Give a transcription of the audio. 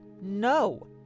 no